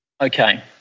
Okay